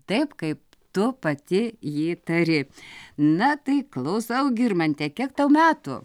taip kaip tu pati jį tari na tai klausau girmante kiek tau metų